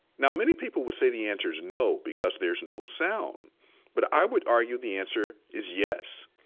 now many people would say the answer is no because there's no sound but i would argue the answer is yes.